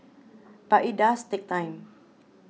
but it does take time